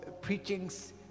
preachings